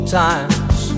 times